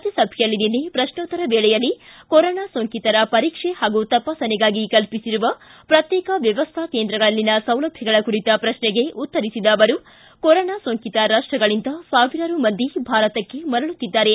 ರಾಜ್ಯಸಭೆಯಲ್ಲಿ ನಿನ್ನೆ ಪ್ರಶ್ನೋತ್ತರ ವೇಳೆಯಲ್ಲಿ ಕೊರೊನಾ ಸೋಂಕಿತರ ಪರೀಕ್ಷೆ ಹಾಗೂ ತಪಾಸಣೆಗಾಗಿ ಕಲ್ಪಿಸಿರುವ ಪ್ರತ್ಯೇಕ ವ್ಯವಸ್ಥಾ ಕೇಂದ್ರಗಳಲ್ಲಿನ ಸೌಲಭ್ಧಗಳ ಕುರಿತ ಪ್ರತ್ನೆಗೆ ಉತ್ತರಿಸಿದ ಅವರು ಕೊರೊನಾ ಸೋಂಕಿತ ರಾಷ್ಟಗಳಿಂದ ಸಾವಿರಾರು ಮಂದಿ ಭಾರತಕ್ಕೆ ಮರಳುತ್ತಿದ್ದಾರೆ